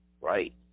Right